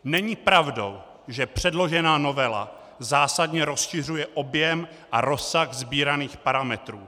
Není pravdou, že předložená novela zásadně rozšiřuje objem a rozsah sbíraných parametrů.